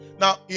Now